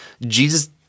Jesus